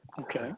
okay